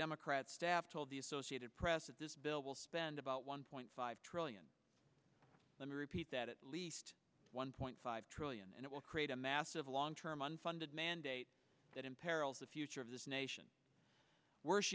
democrat staff told the associated press that this bill will spend about one point five trillion let me repeat that at least one point five trillion and it will create a massive long term unfunded mandate that imperils the future of this nation worse